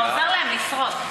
אתה עוזר להם לשרוד.